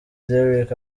derick